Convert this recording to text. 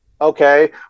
Okay